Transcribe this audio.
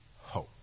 hope